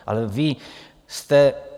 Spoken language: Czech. Ale vy jste...